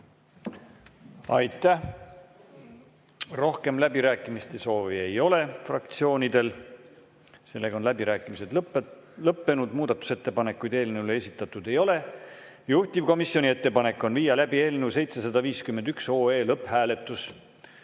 Aitäh! Rohkem läbirääkimiste soovi fraktsioonidel ei ole. Läbirääkimised on lõppenud. Muudatusettepanekuid eelnõu kohta esitatud ei ole. Juhtivkomisjoni ettepanek on viia läbi eelnõu 751 lõpphääletus